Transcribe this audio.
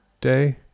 day